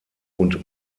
und